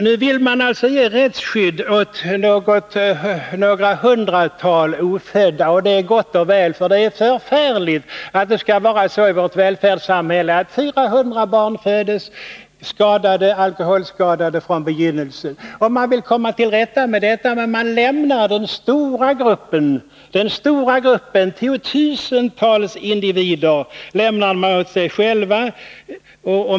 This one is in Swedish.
Nu vill man alltså ge rättsskydd åt några hundratal ofödda, och det är gott och väl. Det är förfärligt att det skall vara så i vårt välfärdssamhälle, att 400 barn föds alkoholskadade från begynnelsen. Man vill komma till rätta med detta, men man lämnar den stora gruppen — tiotusentals individer — åt sig själv.